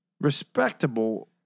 Respectable